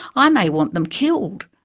i may want them killed,